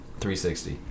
360